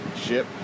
ship